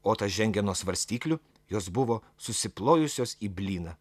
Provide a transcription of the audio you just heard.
otas žengė nuo svarstyklių jos buvo susiplojusios į blyną